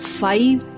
five